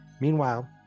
Meanwhile